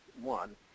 one